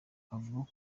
avuga